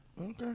Okay